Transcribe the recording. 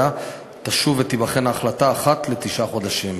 תשוב ותיבחן ההחלטה אחת לתשעה חודשים.